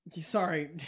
sorry